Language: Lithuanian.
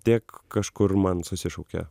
tiek kažkur man susišaukia